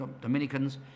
Dominicans